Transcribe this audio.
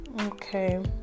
Okay